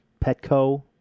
Petco